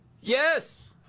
Yes